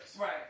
Right